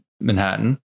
Manhattan